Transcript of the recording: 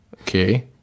Okay